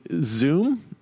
Zoom